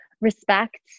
respect